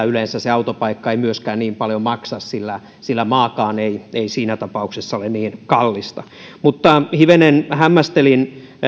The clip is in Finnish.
yleensä se autopaikka ei myöskään niin paljon maksa sillä sillä maakaan ei ei siinä tapauksessa ole niin kallista mutta hivenen hämmästelin